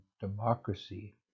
democracy